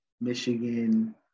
Michigan